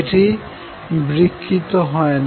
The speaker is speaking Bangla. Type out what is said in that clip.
এটি বিকৃত হয় না